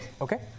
Okay